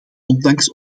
ondanks